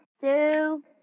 two